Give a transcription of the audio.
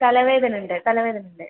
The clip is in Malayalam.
തലവേദന ഉണ്ട് തലവേദന ഉണ്ട്